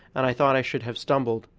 and i thought i should have stumbled.